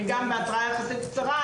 אני גם בהתרעה יחסית קצרה.